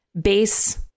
base